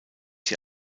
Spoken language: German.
sie